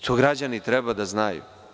To građani treba da znaju.